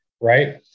right